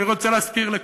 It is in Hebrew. אני רוצה להזכיר לכולם: